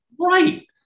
Right